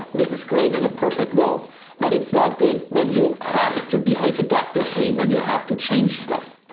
this is great in a perfect world but it's not good when you have to behave adaptively, when you have to change stuff.